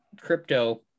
crypto